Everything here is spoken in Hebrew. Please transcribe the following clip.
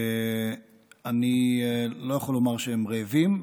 אני לא יכול לומר שהם רעבים.